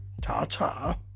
Ta-ta